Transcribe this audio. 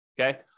Okay